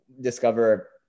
discover